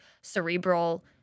cerebral